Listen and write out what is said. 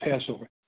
Passover